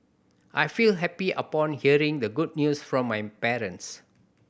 I felt happy upon hearing the good news from my parents